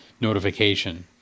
notification